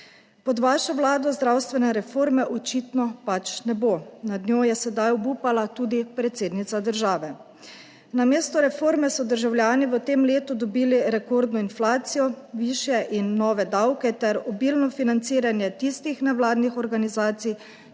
Pod vašo Vlado zdravstvene reforme očitno pač ne bo. Nad njo je sedaj obupala tudi predsednica države. Namesto reforme so državljani v tem letu dobili rekordno inflacijo, višje in nove davke ter obilno financiranje tistih nevladnih organizacij,